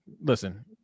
listen